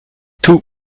tout